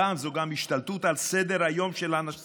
הפעם זו גם השתלטות על סדר-היום של הנשיא,